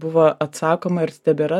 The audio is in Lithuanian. buvo atsakoma tebėra